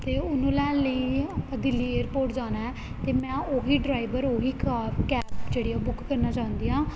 ਅਤੇ ਉਹਨੂੰ ਲੈਣ ਲਈ ਆਪਾਂ ਦਿੱਲੀ ਏਅਰਪੋਰਟ ਜਾਣਾ ਅਤੇ ਮੈਂ ਉਹ ਹੀ ਡਰਾਈਵਰ ਉਹ ਹੀ ਕਾਬ ਕੈਬ ਜਿਹੜੀ ਆ ਬੁੱਕ ਕਰਨਾ ਚਾਹੁੰਦੀ ਹਾਂ